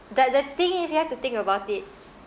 but the thing is you have to think about it